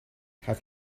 have